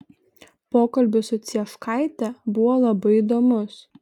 pokalbis su cieškaite buvo labai įdomus